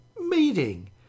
meeting